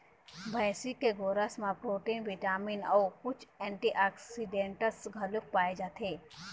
भइसी के गोरस म प्रोटीन, बिटामिन अउ कुछ एंटीऑक्सीडेंट्स घलोक पाए जाथे